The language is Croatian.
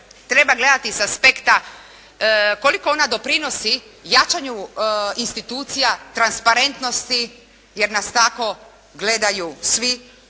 treba gledati sa aspekta koliko ona doprinosi jačanju institucija transparentnosti jer nas tako gledaju svi,